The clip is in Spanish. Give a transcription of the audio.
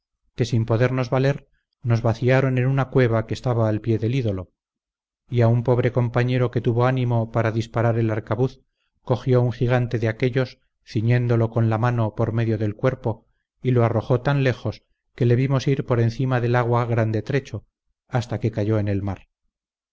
sin podernos valer nos vaciaron en una cueva que estaba al pie del ídolo y a un pobre compañero que tuvo ánimo para disparar el arcabuz cogió un gigante de aquellos ciñéndolo con la mano por medio del cuerpo y lo arrojó tan lejos que le vimos ir por encima del agua grande trecho hasta que cayó en el mar